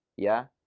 yeah.